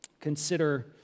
consider